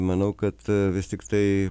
manau kad vis tiktai